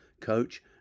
coach